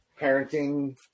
parenting